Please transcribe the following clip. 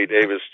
Davis